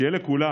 שיהיה לכולם,